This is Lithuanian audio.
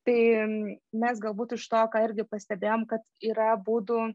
tai mes galbūt iš to ką irgi pastebėjom kad yra būdų